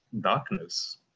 darkness